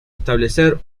establecer